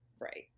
Right